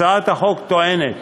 הצעת החוק טוענת